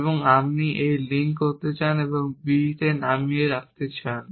এবং আপনি এটিকে লিঙ্ক করতে চান b নামিয়ে রাখতে চান